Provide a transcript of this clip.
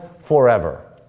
forever